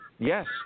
Yes